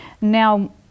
Now